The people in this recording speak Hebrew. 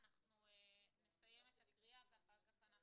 ויפתחו